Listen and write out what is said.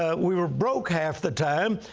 ah we were broke half the time,